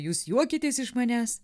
jūs juokiatės iš manęs